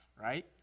right